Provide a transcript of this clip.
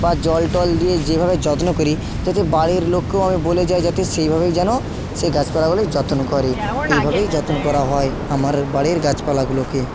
বা জল টল দিয়ে যেভাবে যত্ন করি তাতে বাড়ির লোককেও আমি বলে যাই যাতে সেইভাবেই যেন সেই গাছপালাগুলির যত্ন করে এইভাবেই যত্ন করা হয় আমার বাড়ির গাছপালাগুলোকে